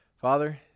Father